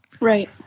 Right